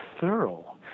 thorough